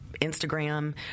Instagram